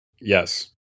Yes